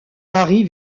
marie